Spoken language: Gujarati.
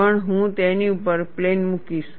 પણ હું તેની ઉપર પ્લેન મૂકીશ